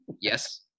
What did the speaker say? Yes